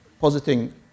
positing